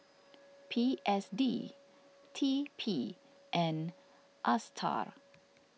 P S D T P and Astar